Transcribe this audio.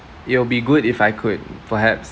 it'll be good if I could perhaps